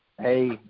Hey